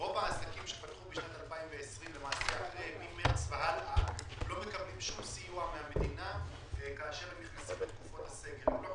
רוב